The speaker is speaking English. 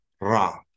Ra